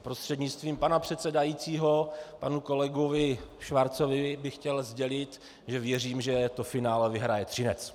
Prostřednictvím pana předsedajícího panu kolegovi Schwarzovi bych chtěl sdělit, že věřím, že to finále vyhraje Třinec.